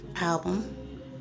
album